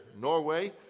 Norway